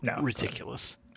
ridiculous